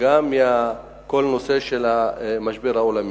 וגם מכל הנושא של המשבר העולמי.